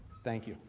thank you.